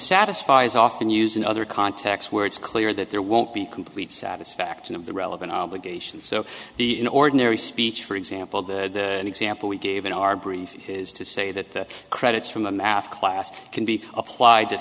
satisfy is often used in other contexts where it's clear that there won't be complete satisfaction of the relevant obligations so the in ordinary speech for example the example we gave in our brief is to say that credits from a math class can be applied to